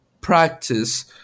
practice